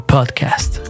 Podcast